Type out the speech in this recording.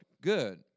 Good